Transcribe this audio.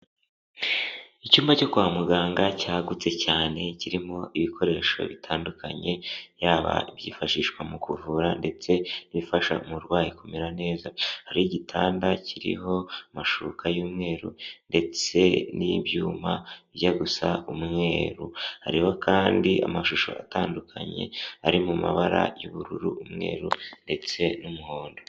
Icyumba cyo kwa muganga cyagutse cyane kirimo ibikoresho bitandukanye yaba byifashishwa mu kuvura ndetse n'ibifasha umurwayi kumera neza, hari igitanda kiriho amashuka y'umweru ndetse n'ibyuma bijya gusa umweru, hariho kandi amashusho atandukanye ari mu mabara y'ubururu, umweru ndetse n'umuhondo.